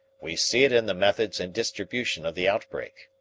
we see it in the methods and distribution of the outbreak.